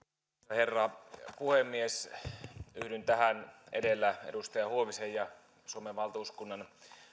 herra puhemies yhdyn tähän edellä edustaja huovisen ja suomen valtuuskunnan